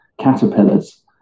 caterpillars